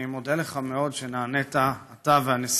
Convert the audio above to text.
אני מודה לך מאוד על שנענית, אתה והנשיאות,